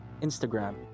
Instagram